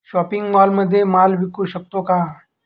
Shopping मॉलमध्ये माल विकू शकतो का?